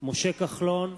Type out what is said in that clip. משה כחלון,